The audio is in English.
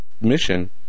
mission